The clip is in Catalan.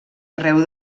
arreu